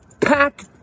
pack